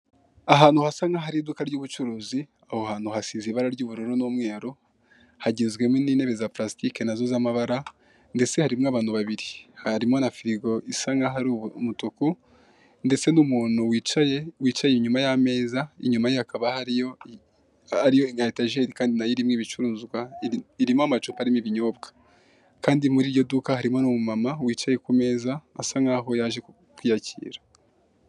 Ahantu hasa n'ahari iduka ry'ubucuruzi, aho hantu hasize ibara ry'umweru, hagizwemo n'intebe za pulastike nazo z'amabara, ndetse harimo abantu babiri. Harimo na frigo isa nkaho ari umutuku ndetse n'umuntu wicaye inyuma y'ameza, inyuma hakaba hariyo etajeri kandi nayo irimo inicuruzwa, irimo amacupa arimo ibinyobwa. Kandi mur'iryo duka harimo n'umu mama wicaye ku meza asa naho yaje kwiyakira.